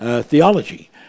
theology